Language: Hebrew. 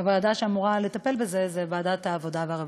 הוועדה שאמורה לטפל בזה היא ועדת העבודה והרווחה.